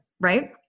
right